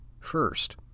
First